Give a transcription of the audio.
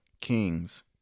Kings